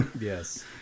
Yes